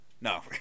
No